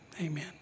Amen